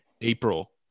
April